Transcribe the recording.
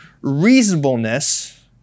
reasonableness